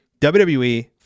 WWE